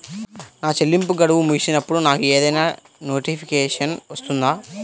నా చెల్లింపు గడువు ముగిసినప్పుడు నాకు ఏదైనా నోటిఫికేషన్ వస్తుందా?